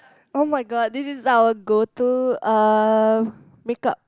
[oh]-my-god this is our go to uh make-up